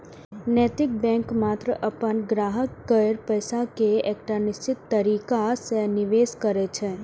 नैतिक बैंक मात्र अपन ग्राहक केर पैसा कें एकटा निश्चित तरीका सं निवेश करै छै